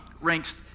ranks